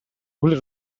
will